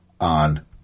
on